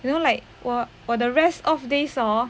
you know like 我我的 rest off days hor